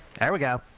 there we go.